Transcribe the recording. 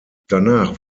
danach